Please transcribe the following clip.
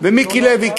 ומיקי לוי,